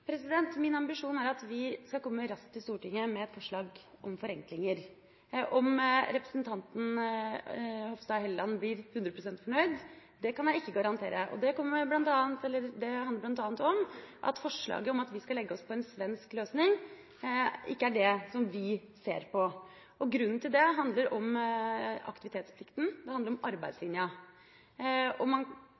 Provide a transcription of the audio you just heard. Min ambisjon er at vi skal komme raskt til Stortinget med et forslag om forenklinger. At representanten Hofstad Helleland blir 100 pst. fornøyd, kan jeg ikke garantere. Det handler bl.a. om at vi ikke ser på forslaget om at vi skal legge oss på en svensk løsning. Grunnen til det handler om aktivitetsplikten, det handler om arbeidslinja. Det er for så vidt mye å si om det, og det har både sine fordeler og